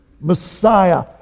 Messiah